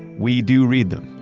we do read them.